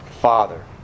Father